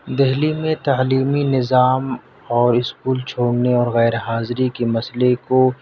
دہلی میں تعلیمی نظام اور اسکول چھوڑنے اور غیر حاضری کے مسئلے کو